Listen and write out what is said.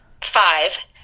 five